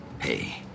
Hey